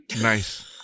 Nice